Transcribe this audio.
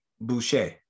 Boucher